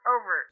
Over